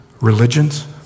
Religions